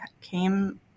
came